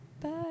Bye